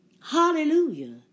Hallelujah